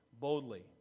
boldly